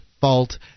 fault